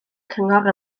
cyngor